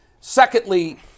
Secondly